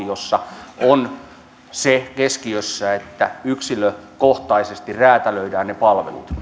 jossa on keskiössä se että yksilökohtaisesti räätälöidään ne palvelut